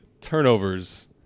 Turnovers